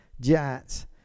giants